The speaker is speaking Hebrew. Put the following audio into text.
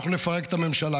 אנחנו נפרק את הממשלה.